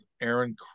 Aaron